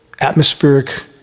atmospheric